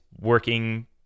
working